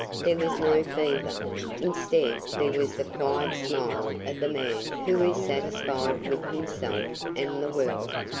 there was no fever instead there was the quiet smile of the man who is satisfied with himself and the world.